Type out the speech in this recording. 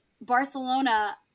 Barcelona